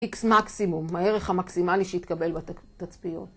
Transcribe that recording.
איקס מקסימום, הערך המקסימלי שיתקבל בתצפיות.